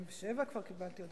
27 כבר קיבלתי?